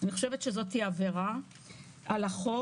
אני חושבת שזו עבירה על החוק.